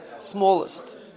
Smallest